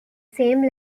same